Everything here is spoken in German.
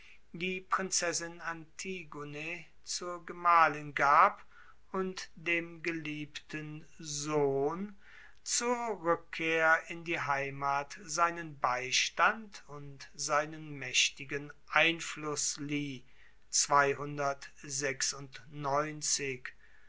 die prinzessin antigone zur gemahlin gab und dem geliebten sohn zur rueckkehr in die heimat seinen beistand und seinen maechtigen einfluss lieh